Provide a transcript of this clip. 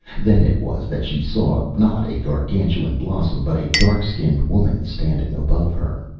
then it was that she saw, not a gargantuan blossom, but a dark-skinned woman standing above her.